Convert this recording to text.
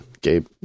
Gabe